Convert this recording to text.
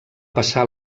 passar